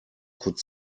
could